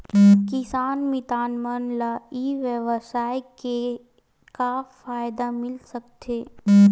किसान मितान मन ला ई व्यवसाय से का फ़ायदा मिल सकथे?